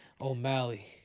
O'Malley